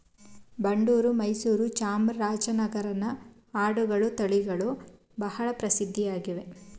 ಬಂಡೂರು, ಮೈಸೂರು, ಚಾಮರಾಜನಗರನ ಆಡುಗಳ ತಳಿಗಳು ಬಹಳ ಪ್ರಸಿದ್ಧಿಯಲ್ಲಿವೆ